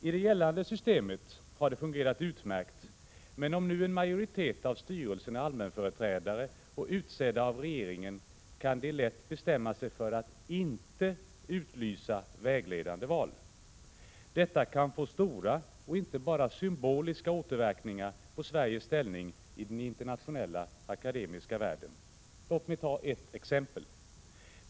I det gällande systemet har detta fungerat utmärkt, men om nu en majoritet av styrelsen är allmänföreträdare och därmed utsedda av regeringen, kan de lätt bestämma sig för att inte utlysa vägledande val. Detta kan få stora och inte bara symboliska återverkningar på Sveriges ställning i den internationella akademiska världen. Låt mig ta ett exempel.